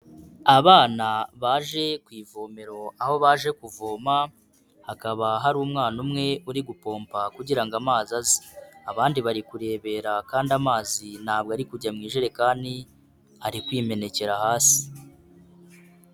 Abana baje ku ivomero aho baje kuvoma hakaba, hari umwana umwe uri gupomba kugira ngo amazi aze, abandi bari kurebera kandi amazi ntabwo ari kujya mu ijerekani ari kwimenekera hasi.